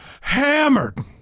hammered